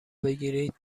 بگیرید